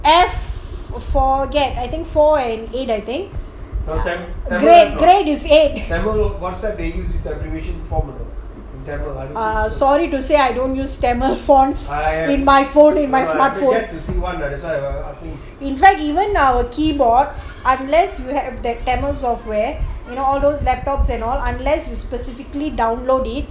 F forget I think four and eight I think great is eight ugh sorry to say I don't use tamil fonts in phone in my smart phone in fact even our keyboards unless you have the tamil software you know all those laptops and all unless you specifically download it